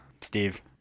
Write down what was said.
Steve